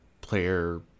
player